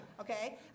okay